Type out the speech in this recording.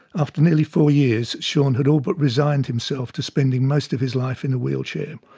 after nearly four years, shaun had all but resigned himself to spending most of his life in a wheelchair.